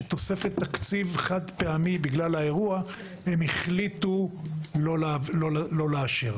שתוספת תקציב חד פעמי בגלל האירוע הם החליטו לא לאשר.